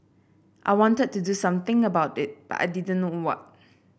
I wanted to do something about it but I didn't know what